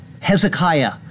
Hezekiah